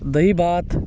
दही भात